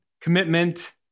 commitment